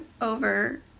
over